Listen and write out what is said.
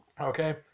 Okay